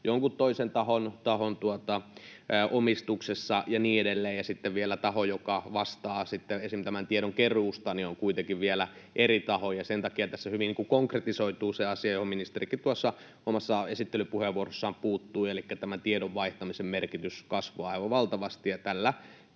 jonkun toisen tahon omistuksessa, ja niin edelleen, ja sitten vielä taho, joka vastaa esim. tiedonkeruusta, on kuitenkin vielä eri taho. Sen takia tässä hyvin konkretisoituu se asia, johon ministerikin tuossa omassa esittelypuheenvuorossaan puuttui, elikkä tämän tiedon vaihtamisen merkitys kasvaa aivan valtavasti.